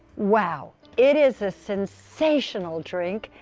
wow. it is a sensational drink,